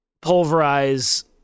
pulverize